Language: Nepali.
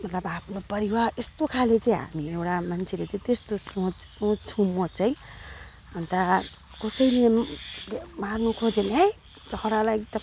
मतलब आफ्नो परिवार यस्तो खाले चाहिँ हामी एउटा मान्छेले चाहिँ त्यस्तो सोच सोच्छु म चाहिँ अन्त कसैले मार्नु खोज्यो भने है चरालाई एकदम